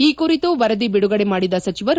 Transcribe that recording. ಈ ಕುರಿತು ವರದಿ ಬಿಡುಗಡೆ ಮಾಡಿದ ಸಚಿವರು